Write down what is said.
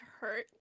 hurt